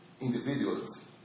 individuals